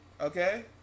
Okay